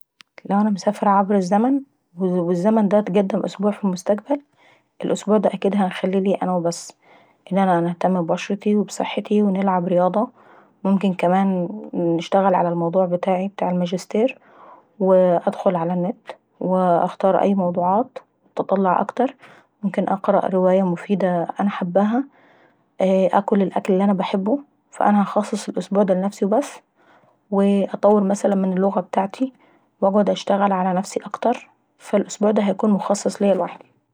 لو انا مسافرة عبر الزمن والزمن دا اتقدم أسبوع ف المستقبل الأسبوع دا هنخليه لنفسي بس. ان انا هنتهنم ابشرتي وبصحتاي ونلعب رياضة وممكن كمان نستغل على الموضوع بتاعي بتاع الماجستير وندخل على النت ونختار أي موضوعات ونتطلع اكتر وممكن نقرا أي رواية مفيدي انا حاباهي، اييه ناكل الوكل اللي انا باحبو وهنخصص الاسبوع دا لنفسي بس، نطور مثلا من اللغة بتاعتي ونقعد نشتغل على نفسي اكتر. فالاسبوع دي هيكون مخصص ليا لوحداي.